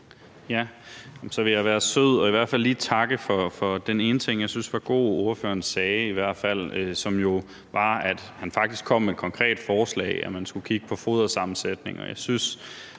Så vil jeg være sød og i hvert fald lige takke for den ene ting, ordføreren sagde, som jeg syntes var god, nemlig at han faktisk kom med et konkret forslag til, at man skulle kigge på fodersammensætningen.